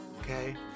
okay